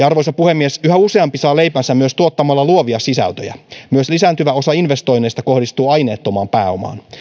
arvoisa puhemies yhä useampi saa leipänsä myös tuottamalla luovia sisältöjä myös lisääntyvä osa investoinneista kohdistuu aineettomaan pääomaan